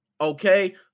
okay